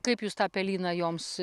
kaip jūs tą pelyną joms